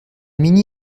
mini